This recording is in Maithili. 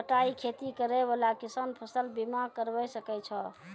बटाई खेती करै वाला किसान फ़सल बीमा करबै सकै छौ?